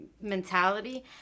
mentality